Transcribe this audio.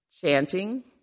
Chanting